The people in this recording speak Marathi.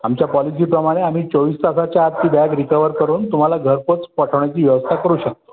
आमच्या पॉलिसीप्रमाणे आम्ही चोवीस तासाच्या आत ती बॅग रिकवर करून तुम्हाला घरपोच पाठवण्याची व्यवस्था करू शकतो